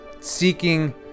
seeking